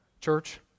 church